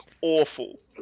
awful